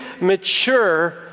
mature